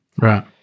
Right